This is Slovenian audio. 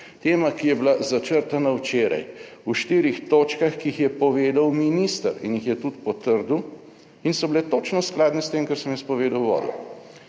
Tema, ki je bila začrtana včeraj v štirih točkah, ki jih je povedal minister in jih je tudi potrdil in so bile točno skladne s tem, kar sem jaz povedal v